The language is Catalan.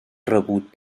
rebut